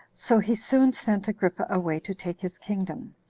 so he soon sent agrippa away to take his kingdom,